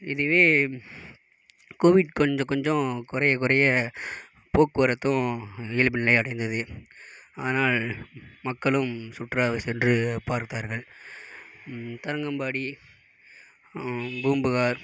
இதுவே கோவிட் கொஞ்சம் கொஞ்சம் குறைய குறைய போக்குவரத்தும் இயல்பு நிலை அடைந்தது ஆனால் மக்களும் சுற்றுலா சென்று பார்த்தார்கள் தரங்கம்பாடி பூம்புகார்